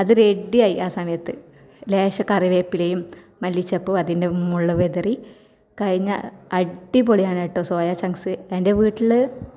അത് റെഡിയായി ആ സമയത്ത് ലേശം കറി വേപ്പിലയും മല്ലിച്ചപ്പും അതിൻ്റെ മുകളിൽ വിതറി കഴിഞ്ഞാൽ അടിപൊളിയാണ് കേട്ടോ സോയാ ചങ്ക്സ് എൻ്റെ വീട്ടില്